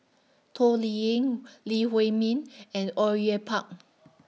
Toh Liying Lee Huei Min and Au Yue Pak